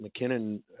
McKinnon